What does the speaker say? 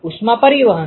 ઉષ્મા પરિવહન